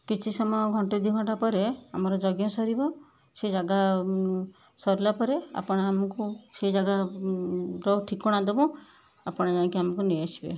କିଛି ସମୟ ଘଣ୍ଟେ ଦୁଇ ଘଣ୍ଟା ପରେ ଆମର ଯଜ୍ଞ ସରିବ ସେ ଜାଗା ସରିଲା ପରେ ଆପଣ ଆମକୁ ସେ ଜାଗାର ଠିକଣା ଦବୁ ଆପଣ ଯାଇକି ଆମକୁ ନେଇଆସିବେ